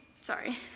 sorry